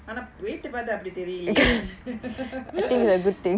ஆனா:aanaa weight பாத்தா அப்படி தெரியலையே:paathaa appadi theriyalaiyae